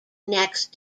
next